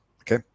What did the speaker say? Okay